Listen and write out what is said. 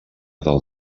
del